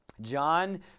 John